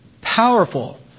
powerful